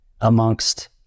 amongst